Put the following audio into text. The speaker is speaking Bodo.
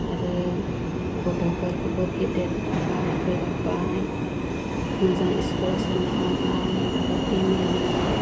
आरो गथ'फोरखौबो फेदेरबाय फोलावबाय मोजां स्कुलाव सोनो हाबाय न'खर फेमिलि